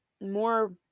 more